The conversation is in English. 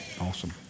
Awesome